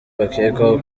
bakekwaho